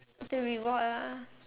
the reward ah